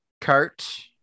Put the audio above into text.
Cart